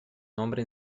nombre